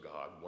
God